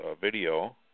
video